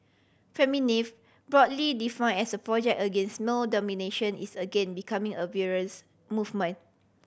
broadly define as a project against male domination is again becoming a movement